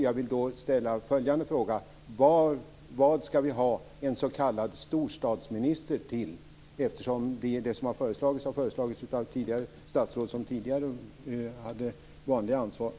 Jag vill därför ställa följande fråga: Vad ska vi ha en s.k. storstadsminister till, eftersom det som har föreslagits har föreslagits av statsråd som tidigare hade ansvaret?